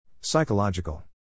Psychological